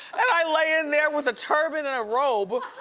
i lay in there with a turban and a robe.